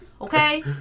okay